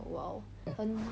oh !wow! 很